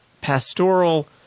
pastoral